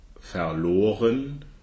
Verloren